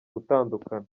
gutandukana